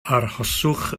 arhoswch